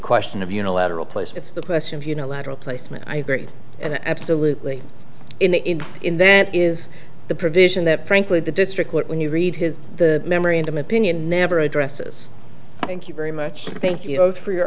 question of unilateral place it's the question of you know lateral placement and absolutely in the in in then is the provision that frankly the district court when you read his memory and i'm opinion never addresses thank you very much thank you for your